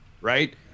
right